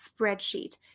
spreadsheet